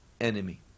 enemy